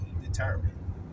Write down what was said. determined